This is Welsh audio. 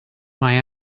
mae